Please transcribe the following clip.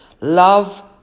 love